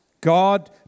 God